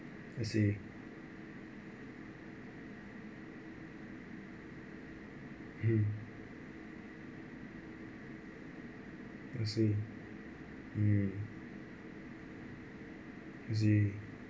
I see mm I see mm I see